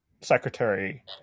secretary